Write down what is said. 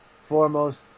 foremost